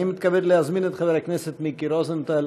אני מתכבד להזמין את חבר הכנסת מיקי רוזנטל.